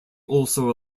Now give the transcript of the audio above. also